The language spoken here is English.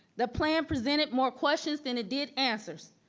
the plan presented more questions than it did answers.